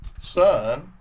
son